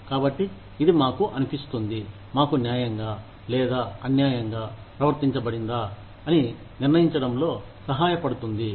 కాబట్టి ఇది మాకు అనిపిస్తుంది మాకు న్యాయంగా లేదా అన్యాయంగా ప్రవర్తించబడిందా అని నిర్ణయించడంలో సహాయపడుతుంది